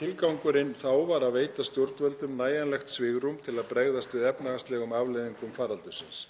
Tilgangurinn þá var að veita stjórnvöldum nægjanlegt svigrúm til að bregðast við efnahagslegum afleiðingum faraldursins.